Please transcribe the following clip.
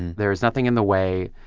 there is nothing in the way.